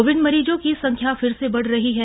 Covid मरीजों की संख्या फिर से बढ़ रही है